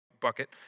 bucket